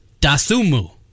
Dasumu